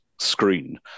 screen